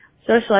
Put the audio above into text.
socialize